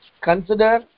consider